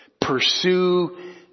pursue